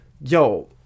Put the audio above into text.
Yo